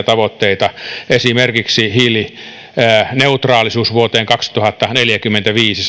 tavoitteita esimerkiksi hiilineutraalisuuden vuoteen kaksituhattaneljäkymmentäviisi